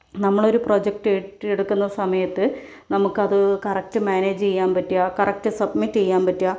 നമ്മളൊരു പ്രൊജക്റ്റ് ഏറ്റെടുക്കുന്ന സമയത്ത് നമുക്കത് കറക്റ്റ് മാനേജ് ചെയ്യാൻ പറ്റുക കറക്റ്റ് സബ്മിറ്റ് ചെയ്യാൻ പറ്റുക